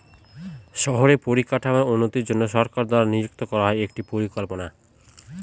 শহরের পরিকাঠামোর উন্নতির জন্য সরকার দ্বারা নিযুক্ত করা হয় একটি পরিকল্পনা